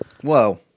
Whoa